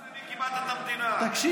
אתה,